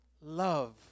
love